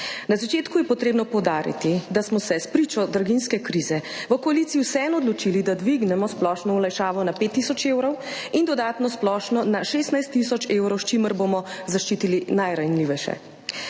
Na začetku je potrebno poudariti, da smo se s pričo draginjske krize v koaliciji vseeno odločili, da dvignemo splošno olajšavo na 5 tisoč evrov in dodatno splošno na 16 tisoč evrov, s čimer bomo zaščitili najranljivejše.